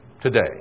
today